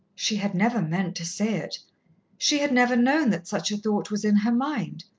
she had never meant to say it she had never known that such a thought was in her mind,